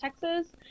Texas